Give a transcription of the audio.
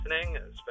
listening